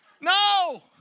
No